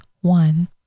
one